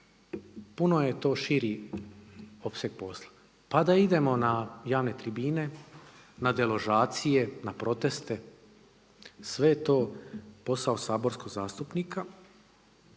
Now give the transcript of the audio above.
puno je to širi opseg posla pa da idemo na javne tribine, na deložacije, na proteste, sve je to posao saborskog zastupnika.